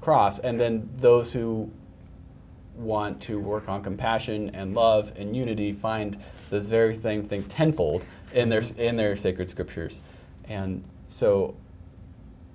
across and then those who want to work on compassion and love and unity find this very thing think ten fold in theirs in their sacred scriptures and so